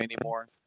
anymore